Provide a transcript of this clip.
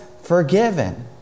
forgiven